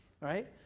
right